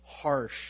harsh